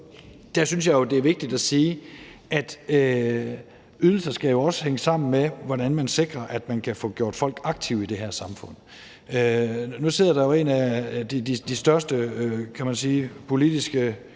synes jeg, at det er vigtigt at sige, at ydelser også skal hænge sammen med, hvordan man sikrer, at man kan få gjort folk aktive i det her samfund. Nu sidder der jo en af de største,